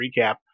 recap